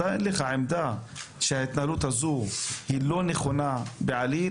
אין לך עמדה שההתנהלות הזו היא לא נכונה בעליל?